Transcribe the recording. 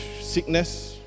sickness